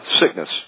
sickness